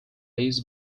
liz